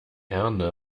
herne